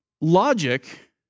Logic